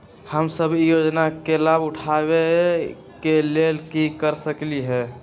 हम सब ई योजना के लाभ उठावे के लेल की कर सकलि ह?